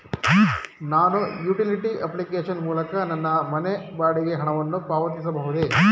ನಾನು utility application ಮೂಲಕ ನನ್ನ ಮನೆ ಬಾಡಿಗೆ ಹಣವನ್ನು ಪಾವತಿಸಬಹುದೇ?